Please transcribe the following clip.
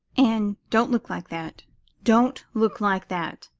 anne, don't look like that don't look like that!